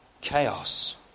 Chaos